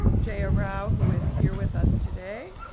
jaya rao who is here with us today,